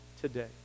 Today